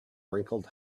wrinkled